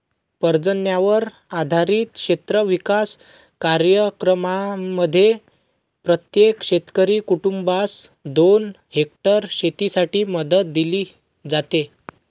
पर्जन्यावर आधारित क्षेत्र विकास कार्यक्रमांमध्ये प्रत्येक शेतकरी कुटुंबास दोन हेक्टर शेतीसाठी मदत दिली जाते